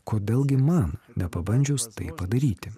kodėl gi man nepabandžius tai padaryti